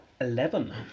Eleven